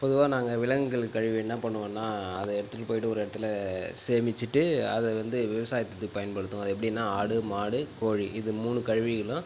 பொதுவாக நாங்கள் விலங்குகள் கழிவு என்ன பண்ணுவோம்னா அத எடுத்துட்டு போய்ட்டு ஒரு இடத்துல சேமிச்சிட்டு அதை வந்து விவசாயத்துக்கு பயன்படுத்துவோம் எப்படின்னா ஆடு மாடு கோழி இது மூணு கழிவையும் தான்